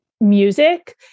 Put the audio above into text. music